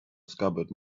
scabbard